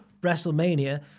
WrestleMania